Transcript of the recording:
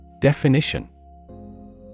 Definition